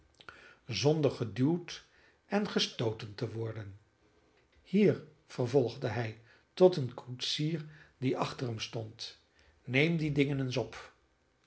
zonder geduwd en gestooten te worden hier vervolgde hij tot een koetsier die achter hem stond neem die dingen eens op